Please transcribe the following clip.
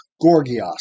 Gorgias